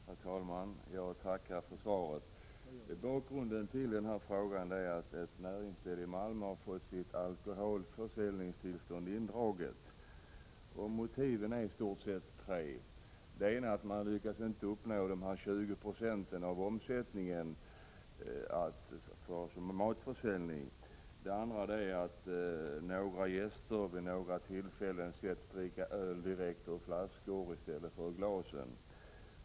Herr talman! Jag tackar för svaret. Bakgrunden till frågan är att ett näringsställe i Malmö har fått sitt alkoholförsäljningstillstånd indraget. Motiven är i stort sett tre. För det första uppgår matförsäljningen inte till 20 20 av omsättningen. För det andra har några gäster vid några tillfällen setts dricka öl direkt ur flaskor i stället för ur glasen.